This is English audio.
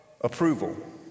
approval